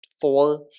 four